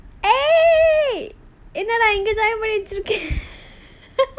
eh இங்க தான் இங்க:inga thaan inga join பண்ணி வச்சிருக்கேன்:panni vachirukkaen